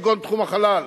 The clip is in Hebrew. כגון תחום החלל,